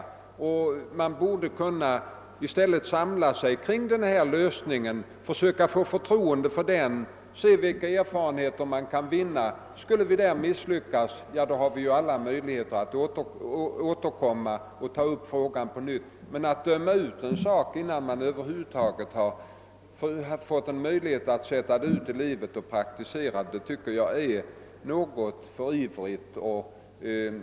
Man borde kunna samla sig kring den lösning vi kommit fram till, försöka få förtroende för den och se vilka erfarenheter vi kan få ut. Skulle vi misslyckas, ja, då har vi alla möjligheter att återkomma och ta upp frågan på nytt. Men att utdöma en sak innan man över huvud taget har fått en möjlighet att sätta den ut i livet och få praktisk erfarenhet av den tycker jag är för ivrigt.